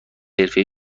حرفهای